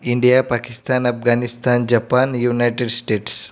India Pakistan Afghanistan Japan United States